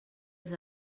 els